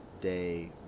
day